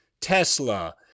Tesla